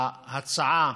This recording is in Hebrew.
ההצעה